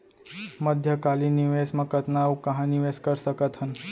मध्यकालीन निवेश म कतना अऊ कहाँ निवेश कर सकत हन?